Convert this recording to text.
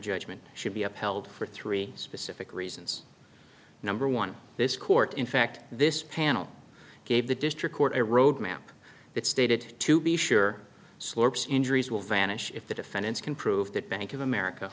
judgment should be upheld for three specific reasons number one this court in fact this panel gave the district court a road map that stated to be sure slurps injuries will vanish if the defendants can prove that bank of america